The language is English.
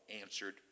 answered